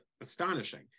astonishing